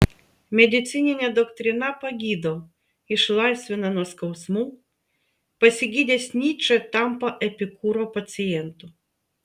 medicininė doktrina pagydo išlaisvina nuo skausmų pasigydęs nyčė tampa epikūro pacientu